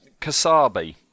Kasabi